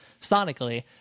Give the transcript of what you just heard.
sonically